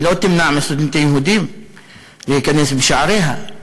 היא לא תמנע מסטודנטים יהודים להיכנס בשעריה.